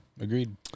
Agreed